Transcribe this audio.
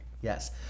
Yes